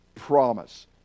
promise